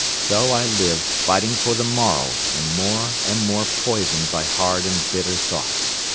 so i lived fighting for the morrow and more and more poisoned by hard and bitter thoughts.